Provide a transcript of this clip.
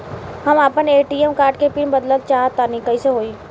हम आपन ATM card के पीन बदलल चाहऽ तनि कइसे होई?